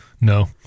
no